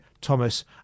Thomas